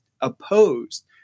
opposed